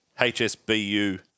HSBU